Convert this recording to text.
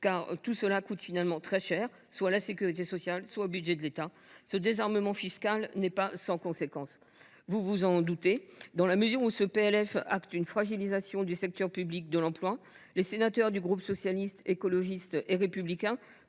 cela, en effet, coûte finalement très cher, soit à la sécurité sociale, soit au budget de l’État… Ce désarmement fiscal n’est pas sans conséquence. Dans la mesure où ce PLF acte une fragilisation du service public de l’emploi, les sénateurs du groupe Socialiste, Écologiste et Républicain